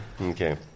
Okay